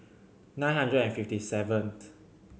nine hundred and fifty seventh